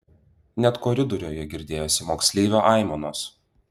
net koridoriuje girdėjosi moksleivio aimanos